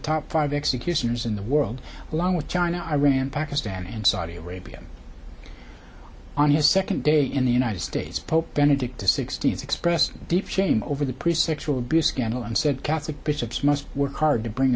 top five executioners in the world along with china iran pakistan and saudi arabia on his second day in the states pope benedict to sixty has expressed deep shame over the priest sexual abuse scandal and said catholic bishops must work hard to bring